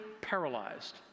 paralyzed